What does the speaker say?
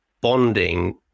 bonding